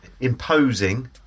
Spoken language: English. Imposing